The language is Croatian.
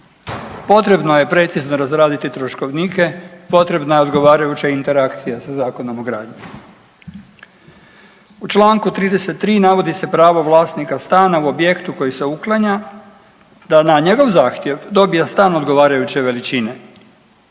Potrebno je precizno razraditi troškovnike, potrebna je posebna interakcija sa Zakonom o gradnji. U čl. 33. navodi se pravo vlasnika stana u objektu koji se uklanja da na njegov zahtjev dobija stan odgovarajuće veličine.